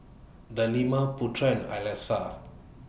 Delima Putra and Alyssa